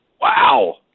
Wow